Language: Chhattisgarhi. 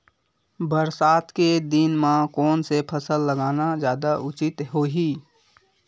बरसात के दिन म कोन से फसल लगाना जादा उचित होही?